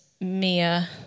Mia